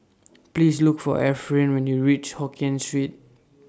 Please Look For Efren when YOU REACH Hokien Street